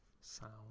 sound